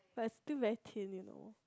but it's still very thin you know